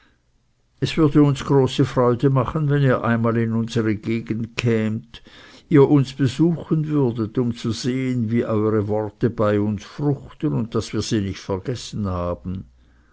es würde uns große freude machen wenn ihr einmal in unsere gegend kämet ihr uns besuchen würdet um zu sehen wie eure worte bei uns fruchten und daß wir sie nicht vergessen haben